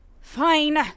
Fine